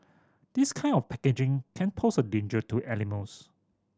this kind of packaging can pose a danger to animals